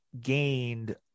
gained